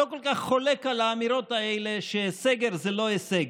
לא כל כך חולק על האמירות האלה שסגר זה לא הישג.